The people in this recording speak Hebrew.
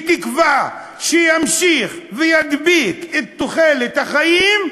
בתקווה שימשיך וידביק את תוחלת החיים,